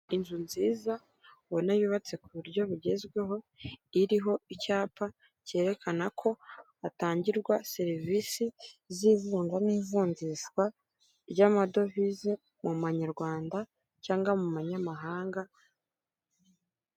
Inzu nziza ubona yubatse ku buryo bugezweho iriho icyapa cyerekana ko hatangirwa serivisi z'ivungwa n'ivunjishwa ry'amadovize mu manyarwanda cyangwa mu banyamahanga.